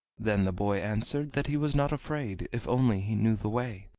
then the boy answered that he was not afraid, if only he knew the way.